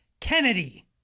Kennedy